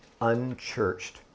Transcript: unchurched